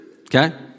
Okay